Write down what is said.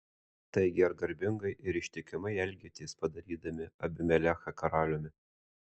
taigi ar garbingai ir ištikimai elgėtės padarydami abimelechą karaliumi